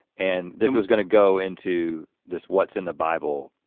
and then was gonna go into this what's in the bible